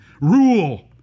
Rule